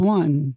one